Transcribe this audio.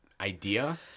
idea